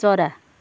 चरा